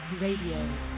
Radio